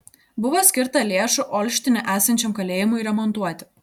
buvo skirta lėšų olštine esančiam kalėjimui remontuoti